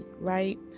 right